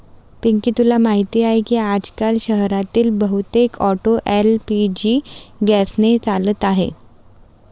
पिंकी तुला माहीत आहे की आजकाल शहरातील बहुतेक ऑटो एल.पी.जी गॅसने चालत आहेत